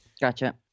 Gotcha